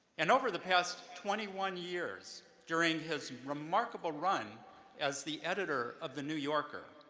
and over the past twenty one years, during his remarkable run as the editor of the new yorker,